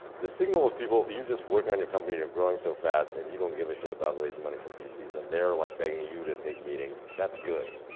the signal of people, you're just working on your company, you're growing so fast and you don't give a shit about raising money from vcs and they're like begging you to take meetings. that's good,